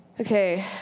Okay